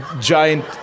giant